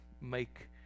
make